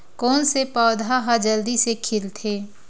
कोन से पौधा ह जल्दी से खिलथे?